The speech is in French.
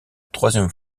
troisième